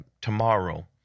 tomorrow